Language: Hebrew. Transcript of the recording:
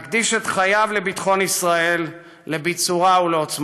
להקדיש את חייו לביטחון ישראל, לביצורה ולעוצמתה.